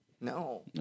No